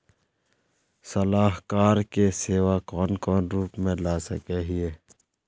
सलाहकार के सेवा कौन कौन रूप में ला सके हिये?